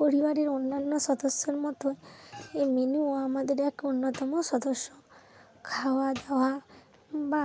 পরিবারের অন্যান্য সদস্যর মতো এ মিনুও আমাদের এক অন্যতম সদস্য খাওয়া দাওয়া বা